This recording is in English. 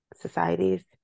societies